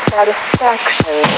Satisfaction